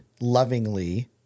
lovingly